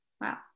Wow